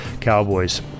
Cowboys